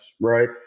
right